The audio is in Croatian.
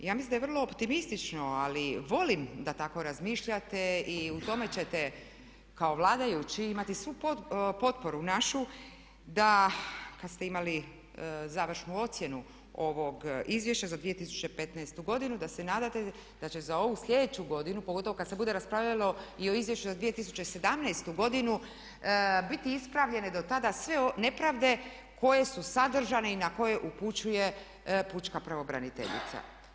Ja mislim da je vrlo optimistično, ali volim da tako razmišljate i u tome ćete kao vladajući imati svu potporu našu da kad ste imali završnu ocjenu ovog Izvješća za 2015. godinu da se nadate da će za ovu sljedeću godinu pogotovo kad se bude raspravljalo i o Izvješću za 2017. godinu biti ispravljene dotada sve nepravde koje su sadržane i na koje upućuje pučka pravobraniteljica.